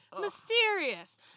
mysterious